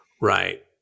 Right